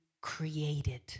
created